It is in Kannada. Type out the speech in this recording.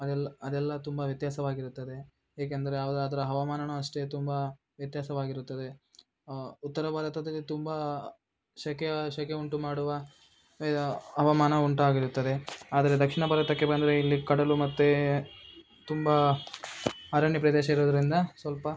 ಅದೆಲ್ಲ ಅದೆಲ್ಲ ತುಂಬ ವ್ಯತ್ಯಾಸವಾಗಿರುತ್ತದೆ ಏಕೆಂದರೆ ಆವಾಗ ಅದರ ಹವಾಮಾನ ಅಷ್ಟೇ ತುಂಬ ವ್ಯತ್ಯಾಸವಾಗಿರುತ್ತದೆ ಉತ್ತರ ಭಾರತದಲ್ಲಿ ತುಂಬ ಸೆಖೆಯ ಸೆಖೆ ಉಂಟು ಮಾಡುವ ಹವಾಮಾನ ಉಂಟಾಗಿರುತ್ತದೆ ಆದರೆ ದಕ್ಷಿಣ ಭಾರತಕ್ಕೆ ಬಂದರೆ ಇಲ್ಲಿ ಕಡಲು ಮತ್ತು ತುಂಬ ಅರಣ್ಯ ಪ್ರದೇಶ ಇರೋದರಿಂದ ಸ್ವಲ್ಪ